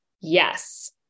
Yes